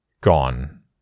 gone